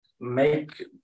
make